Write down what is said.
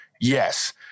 Yes